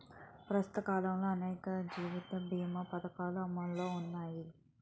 ప్రస్తుత కాలంలో అనేక జీవిత బీమా పధకాలు అమలులో ఉన్నాయి